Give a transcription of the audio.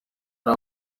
ari